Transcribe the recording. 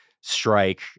strike